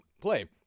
play